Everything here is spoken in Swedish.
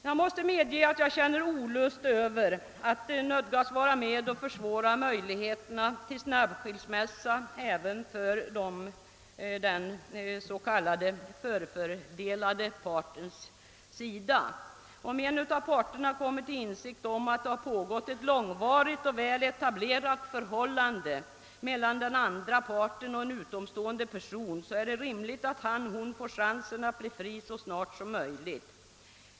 Jag måste medge att jag känner olust över att nödgas vara med om att försvåra möjligheterna till snabbskilsmässa även för den s.k. förfördelade parten. Om en av parterna kommer till insikt om att det har pågått ett långvarigt och väl etablerat förhållande mellan den andra parten och en utomstående person är det rimligt att han eller hon får chansen att bli fri så snart som möjligt.